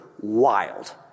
wild